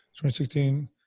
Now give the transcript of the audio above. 2016